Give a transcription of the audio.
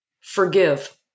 Forgive